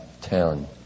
town